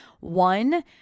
one